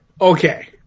Okay